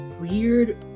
weird